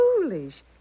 foolish